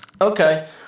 okay